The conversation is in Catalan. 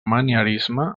manierisme